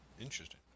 Interesting